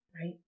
Right